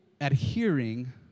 adhering